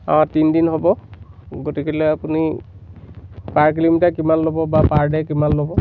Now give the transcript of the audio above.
অ' তিনিদিন হ'ব গতিকলে আপুনি পাৰ কিলোমিটাৰ কিমান ল'ব বা পাৰ ডে কিমান ল'ব